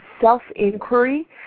self-inquiry